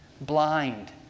blind